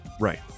right